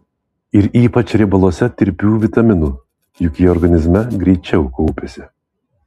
ir ypač riebaluose tirpių vitaminų juk jie organizme greičiau kaupiasi